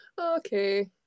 Okay